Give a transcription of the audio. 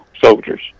soldiers